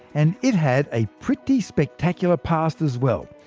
and it had a pretty spectacular past as well.